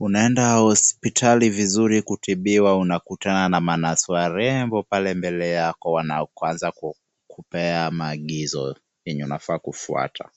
Unaenda hospitali vizuri kutibiwa unakutana na manesi warembo pale mbele yako wanakoanza kukupea maagizo yenye unafaa kufuata